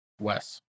Wes